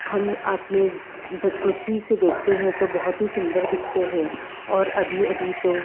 हम अपने पृथ्वी से देखते हैं तो बहुत ही सुंदर दिखते हैं और अभी अभी तो